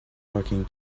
parking